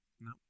No